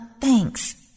thanks